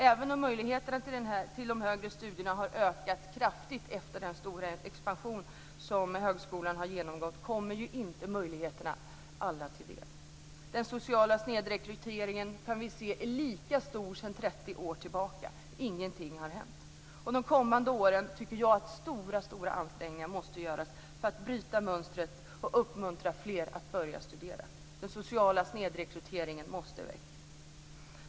Även om möjligheterna till högre studier ökat kraftigt efter den stora expansion som högskolan har genomgått kommer möjligheterna inte alla till del. Den sociala snedrekryteringen är lika stor som sedan 30 år tillbaka. Ingenting har hänt. De kommande åren måste stora ansträngningar göras för att bryta mönstret och uppmuntra fler att börja studera. Den sociala snedrekryteringen måste bort.